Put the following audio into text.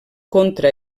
contra